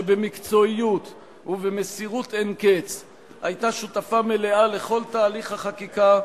שבמקצועיות ובמסירות אין-קץ היתה שותפה מלאה לכל תהליך החקיקה,